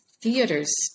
theaters